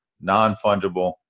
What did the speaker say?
non-fungible